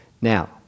Now